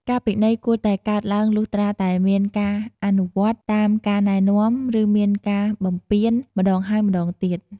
ការពិន័យគួរតែកើតឡើងលុះត្រាតែមានការមិនអនុវត្តតាមការណែនាំ ឬមានការបំពានម្តងហើយម្តងទៀត។